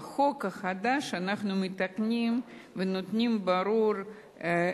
בחוק החדש אנחנו מתקנים ונותנים בבירור